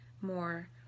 more